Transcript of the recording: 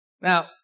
Now